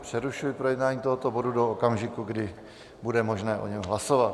Přerušuji projednávání tohoto bodu do okamžiku, kdy bude možné o něm hlasovat.